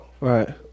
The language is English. Right